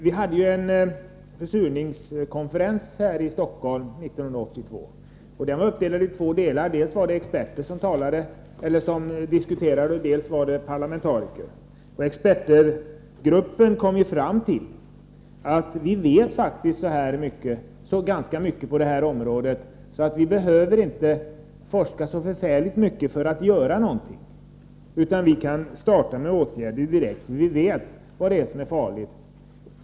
Vi hade en försurningskonferens här i Stockholm 1982. Den var uppdelad i två delar, med dels en expertgrupp, dels en parlamentarikergrupp. Expertgruppen kom fram till att vi vet ganska mycket på detta område. Vi behöver därför inte forska så förfärligt mycket för att göra någonting, utan vi kan starta med åtgärder direkt när vi vet vad som är farligt.